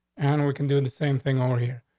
and we can do the same thing over here.